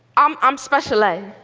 um i'm special ed.